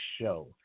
show